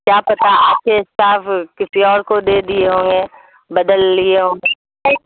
کیا پتا آپ کے اسٹاف کسی اور کو دے دیے ہوں گے بدل لیے ہوں